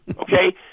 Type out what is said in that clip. Okay